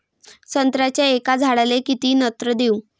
संत्र्याच्या एका झाडाले किती नत्र देऊ?